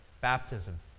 Baptism